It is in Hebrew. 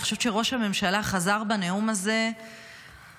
אני חושבת שראש הממשלה חזר בנאום הזה מספר